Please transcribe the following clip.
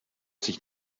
sich